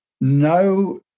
no